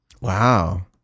Wow